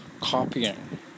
copying